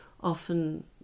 often